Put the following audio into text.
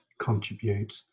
contribute